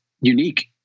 unique